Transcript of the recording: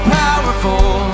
powerful